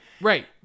right